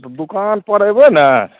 तऽ दुकानपर एबय ने